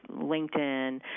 LinkedIn